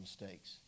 mistakes